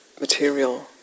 material